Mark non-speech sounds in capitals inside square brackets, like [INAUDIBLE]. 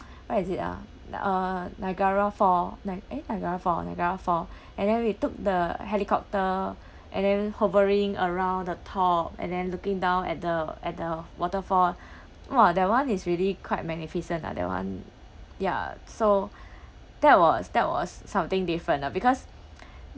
what is it ah like uh niagara falls ni~ eh niagara falls niagara falls and then we took the helicopter and then hovering around the top and then looking down at the at the waterfall !wah! that one is really quite magnificent lah that one ya so that was that was something different lah because [NOISE]